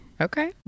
Okay